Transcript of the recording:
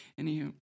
Anywho